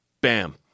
Bam